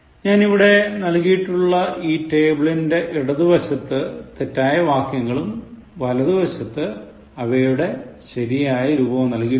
ഞാൻ ഇവിടെ നൽകിയിട്ടുള്ള ഈ ടേബിളിൻറെ ഇടതുവശത്ത് തെറ്റായ വാക്യങ്ങളും വലതുവശത്ത് അവയുടെ ശരിയായ രൂപവും നൽകിയിട്ടുണ്ട്